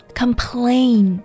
complain